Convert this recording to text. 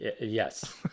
Yes